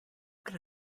can